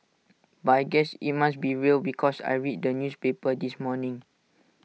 but I guess IT must be real because I read the newspapers this morning